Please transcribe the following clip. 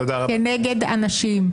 כנגד אנשים.